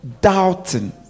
doubting